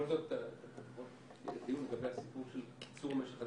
אולי בכל זאת דיון לגבי הסיפור של קיצור משך הזמן,